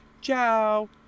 ciao